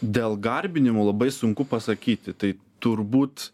dėl garbinimų labai sunku pasakyti tai turbūt